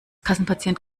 kassenpatient